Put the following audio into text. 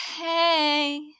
hey